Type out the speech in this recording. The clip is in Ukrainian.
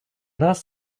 раз